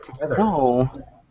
No